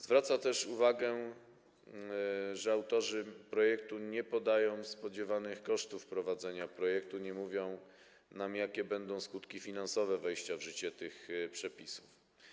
Zwraca też uwagę to, że autorzy projektu nie podają spodziewanych kosztów wprowadzenia projektu, nie mówią nam, jakie będą skutki finansowe wejścia w życie tych przepisów.